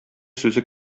сүзе